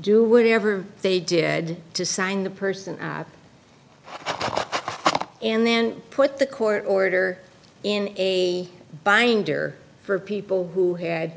do whatever they did to sign the person and then put the court order in a binder for people who had